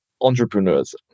entrepreneurs